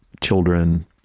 children